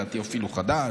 לדעתי הוא אפילו חדש.